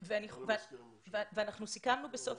אנחנו סיכמנו בסוף